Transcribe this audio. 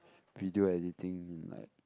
video editing and like